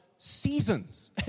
seasons